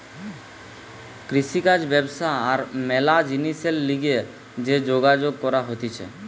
কৃষিকাজ ব্যবসা আর ম্যালা জিনিসের লিগে যে যোগাযোগ করা হতিছে